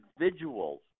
individuals